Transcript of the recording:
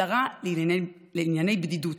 שרה לענייני בדידות.